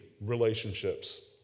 relationships